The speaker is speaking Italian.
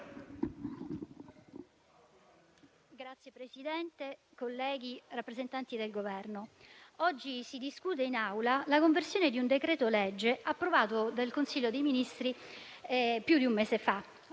Signor Presidente, colleghi, rappresentanti del Governo, oggi si discute in Aula della conversione di un decreto-legge approvato dal Consiglio dei ministri più di un mese fa,